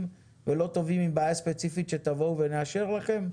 ולא טובים עם בעיה ספציפית שתבוא ונאשר לכם?